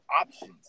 options